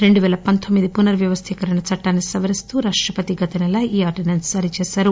రెండు పెయ్యి పందొమ్మిది పునర్వ్యవస్థీకరణ చట్టాన్ని సవరిస్తూ రాష్రపతి గతనెల ఈ ఆర్డినెన్స్ను జారీ చేశారు